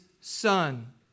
Son